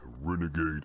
Renegade